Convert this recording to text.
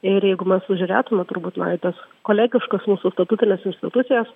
ir jeigu mes pažiūrėtume turbūt na į tas kolegiškas mūsų statutines institucijas